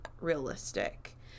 realistic